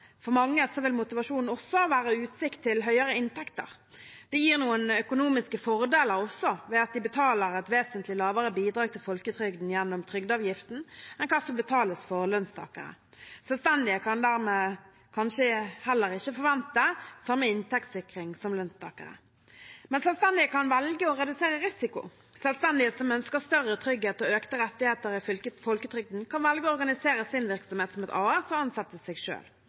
for mange vil motivasjonen også være utsikt til høyere inntekter. Det gir noen økonomiske fordeler også, ved at de betaler et vesentlig lavere bidrag til folketrygden gjennom trygdeavgiften enn hva som betales for lønnstakere. Selvstendige kan dermed kanskje heller ikke forvente samme inntektssikring som lønnstakere. Men selvstendige kan velge å redusere risiko. Selvstendige som ønsker større trygghet og økte rettigheter i folketrygden, kan velge å organisere sin virksomhet som et AS og ansette seg